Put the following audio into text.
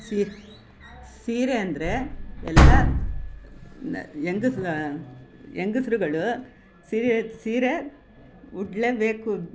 ಸೀರೆ ಸೀರೆ ಅಂದರೆ ಎಲ್ಲ ಹೆಂಗಸ್ರು ಹೆಂಗಸ್ರುಗಳು ಸೀರೆ ಸೀರೆ ಉಡಲೇಬೇಕು